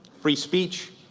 free speech,